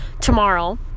tomorrow